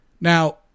Now